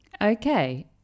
Okay